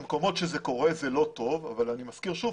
במקומות שזה קורה, זה לא טוב, אבל אני מזכיר שוב